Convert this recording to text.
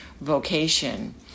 vocation